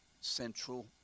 central